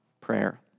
prayer